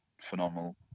Phenomenal